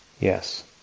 Yes